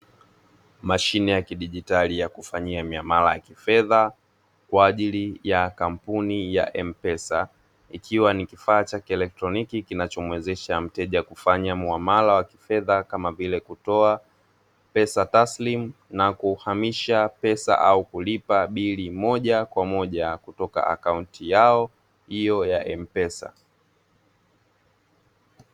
Mashine ya kidijitali ya kufanyia miamala ya kifedha kwa ajili ya kampuni ya M-Pesa, ikiwa ni kifaa cha kielektroniki kinachomwezesha mteja kufanya muamala wa kifedha kama vile; kutoa pesa taslimu na kuhamisha pesa au kulipa bili moja kwa moja kutoka akaunti yao hio ya M-Pesa.